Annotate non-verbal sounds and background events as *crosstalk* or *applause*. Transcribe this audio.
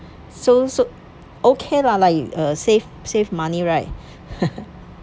so so okay lah like uh save save money right *breath*